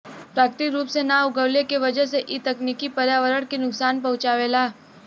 प्राकृतिक रूप से ना उगवले के वजह से इ तकनीकी पर्यावरण के नुकसान पहुँचावेला